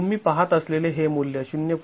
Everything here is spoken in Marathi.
तुम्ही पाहत असलेले हे मूल्य ०